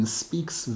speaks